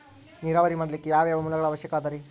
ನೇರಾವರಿ ಮಾಡಲಿಕ್ಕೆ ಯಾವ್ಯಾವ ಮೂಲಗಳ ಅವಶ್ಯಕ ಅದರಿ?